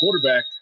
quarterback